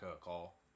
call